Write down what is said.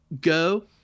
go